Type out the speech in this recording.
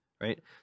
right